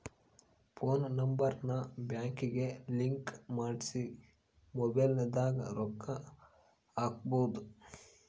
phone number ನ ಬ್ಯಾಂಕಿಗೆ link ಮಾಡ್ಸಿ ಮೊಬೈಲದಾಗ ರೊಕ್ಕ ಹಕ್ಬೊದು